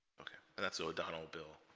okay and that's so donald bill